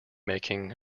making